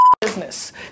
Business